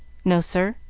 no, sir.